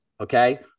okay